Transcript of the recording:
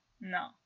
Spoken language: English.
No